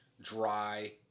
dry